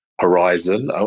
horizon